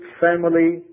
family